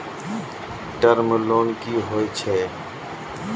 Term loan कि होय छै?